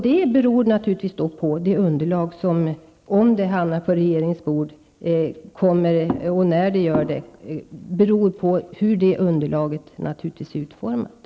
Detta beror naturligtvis på hur det underlag som kommer på regeringens bord ser ut och när det kommer.